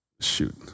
Shoot